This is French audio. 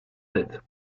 sept